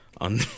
On